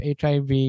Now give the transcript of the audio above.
HIV